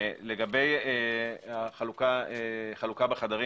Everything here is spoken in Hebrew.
לגבי החלוקה בחדרים,